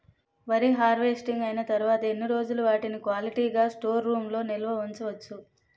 వరి హార్వెస్టింగ్ అయినా తరువత ఎన్ని రోజులు వాటిని క్వాలిటీ గ స్టోర్ రూమ్ లొ నిల్వ ఉంచ వచ్చు?